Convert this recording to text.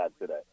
today